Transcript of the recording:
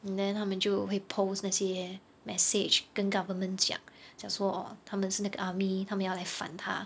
and then 他们就会 post 那些 message 跟 government 讲讲说他们是那个 army 他们要来烦他